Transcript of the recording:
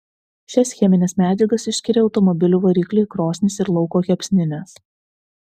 šias chemines medžiagas išskiria automobilių varikliai krosnys ir lauko kepsninės